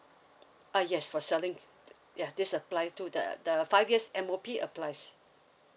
uh yes for selling ya this apply to the the five yes M O P applies